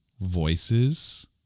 voices